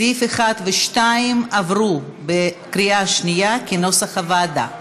סעיפים 1 ו-2 עברו בקריאה שנייה, כנוסח הוועדה.